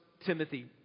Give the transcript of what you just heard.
Timothy